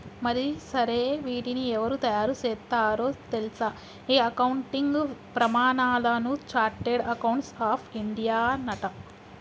మరి సరే వీటిని ఎవరు తయారు సేత్తారో తెల్సా ఈ అకౌంటింగ్ ప్రమానాలను చార్టెడ్ అకౌంట్స్ ఆఫ్ ఇండియానట